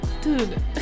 Dude